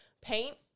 paint